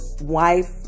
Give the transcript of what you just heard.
wife